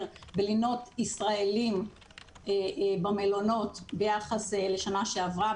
בלינות ישראלים במלונות ביחס לשנה שעברה.